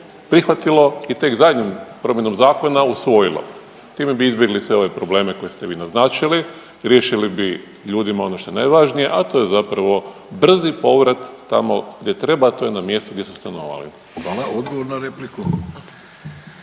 prihvatilo i tek zadnjom promjenom zakona usvojilo? Time bi izbjegli sve ove probleme koje ste vi naznačili, riješili bi ljudima ono što je najvažnije, a to je zapravo brzi povrat tamo gdje treba, a to je na mjesto gdje su stanovali. **Vidović, Davorko